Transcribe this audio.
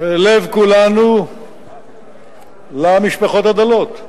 לב כולנו למשפחות הדלות,